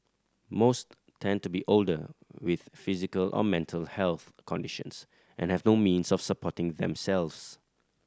most tend to be older with physical or mental health conditions and have no means of supporting themselves